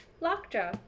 lockjaw